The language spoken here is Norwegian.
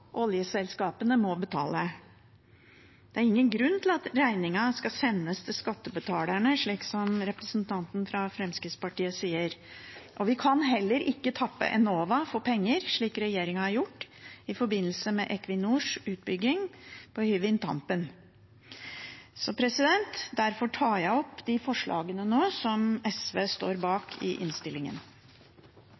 oljeselskapene må betale. Det er ingen grunn til at regningen skal sendes til skattebetalerne, slik representanten fra Fremskrittspartiet sier. Vi kan heller ikke tappe Enova for penger, slik regjeringen har gjort i forbindelse med Equinors utbygging på Hywind Tampen. Derfor tar jeg nå opp forslaget fra SV og Miljøpartiet De